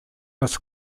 was